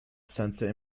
censor